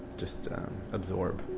just absorb